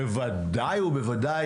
בוודאי ובוודאי,